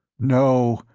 no,